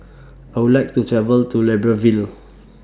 I Would like to travel to Libreville